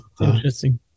Interesting